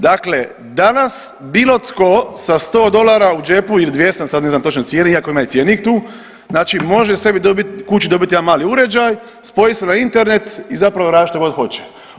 Dakle, danas bilo tko sa sto dolara u džepu ili 200, sad ne znam točno cijenu iako ima i cjenik tu znači može sebi kući dobiti jedan mali uređaj, spojit se na Internet i zapravo raditi što god hoće.